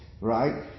right